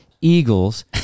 Eagles